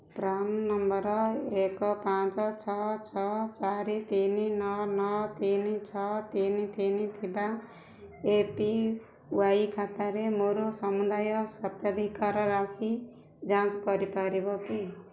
PRAN number ଏକ ପାଞ୍ଚ ଛଅ ଛଅ ଚାରି ତିନି ନଅ ନଅ ତିନି ଛଅ ତିନି ତିନି ଥିବା ଏ ପି ୱାଇ ଖାତାରେ ମୋର ସମୁଦାୟ ସ୍ୱତ୍ୱାଧିକାର ରାଶି ଯାଞ୍ଚ କରିପାରିବ କି